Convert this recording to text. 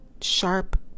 sharp